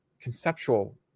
conceptual